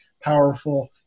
powerful